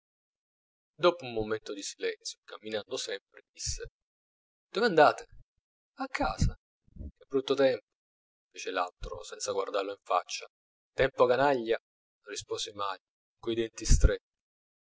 dopo un momento di silenzio camminando sempre disse dove andate a casa che brutto tempo fece l'altro senza guardarlo in faccia tempo canaglia rispose manlio coi denti stretti